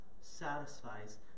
satisfies